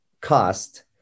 cost